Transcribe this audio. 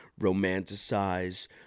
romanticize